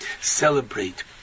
celebrate